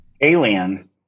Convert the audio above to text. Alien